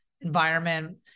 environment